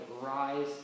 rise